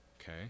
okay